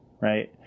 Right